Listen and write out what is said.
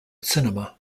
cinema